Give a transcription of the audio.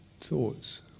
thoughts